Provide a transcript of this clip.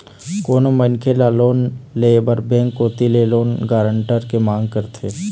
कोनो मनखे ल लोन ले बर बेंक कोती ले लोन गारंटर के मांग करथे